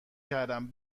کردم